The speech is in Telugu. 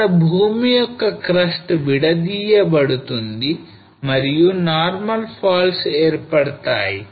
ఇక్కడ భూమి యొక్క క్రస్ట్ విడదీయబడుతుంది మరియు Normal faults ఏర్పడతాయి